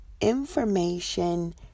information